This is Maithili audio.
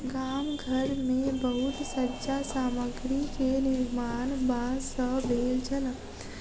गाम घर मे बहुत सज्जा सामग्री के निर्माण बांस सॅ भेल छल